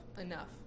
enough